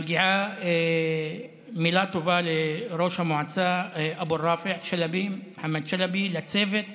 מגיעה מילה טובה לראש המועצה מוחמד שלבי, לצוות